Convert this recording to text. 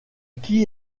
qui